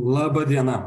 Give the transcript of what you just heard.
laba diena